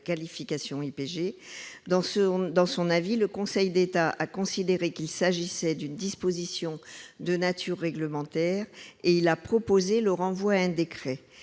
Dans son avis, le Conseil d'État a considéré qu'il s'agissait d'une disposition de nature réglementaire et proposé le renvoi à un décret.